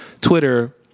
Twitter